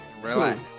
Relax